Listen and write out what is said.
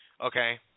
Okay